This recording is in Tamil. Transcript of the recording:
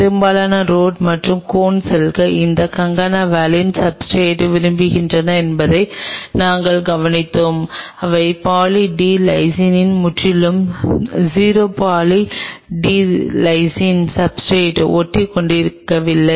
பெரும்பாலான ரோட் மற்றும் கோன் செல்கள் அந்த கான்கானா வாலின் சப்ஸ்ர்டேட் விரும்புகின்றன என்பதை நாங்கள் கவனித்தோம் அவை பாலி டி லைசினில் முற்றிலும் 0 பாலி டி லைசின் சப்ஸ்ர்டேட் ஒட்டிக்கொள்வதில்லை